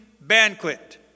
banquet